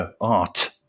art